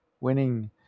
Winning